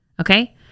Okay